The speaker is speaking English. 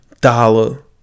Dollar